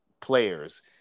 players